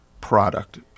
product